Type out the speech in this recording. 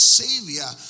savior